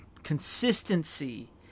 consistency